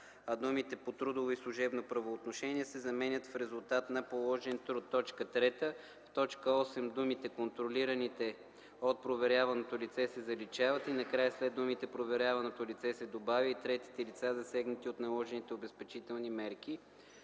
думите „по трудово и служебно правоотношение” се заменят с „в резултат на положен труд”. 3. В т. 8 думите „контролираните от проверяваното лице” се заличават и накрая след думите „проверяваното лице” се добавя „и третите лица, засегнати от наложените обезпечителни мерки”.